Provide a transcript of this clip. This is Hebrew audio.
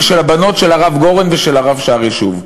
של הבנות של הרב גורן ושל הרב שאר-ישוב.